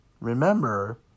Remember